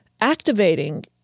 activating